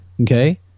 okay